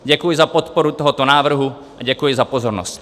Děkuji za podporu tohoto návrhu a děkuji za pozornost.